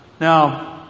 Now